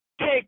Take